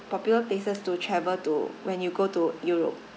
popular places to travel to when you go to europe